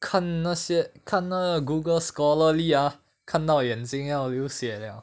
看那些看那个 google scholarly ah 看到眼睛要流血 liao